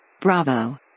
Bravo